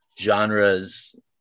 genres